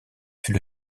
fut